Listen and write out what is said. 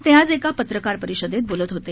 ते आज एका पत्रकार परिषदेत बोलत होते